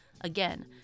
Again